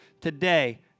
today